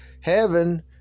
heaven